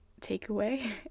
takeaway